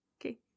Okay